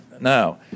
Now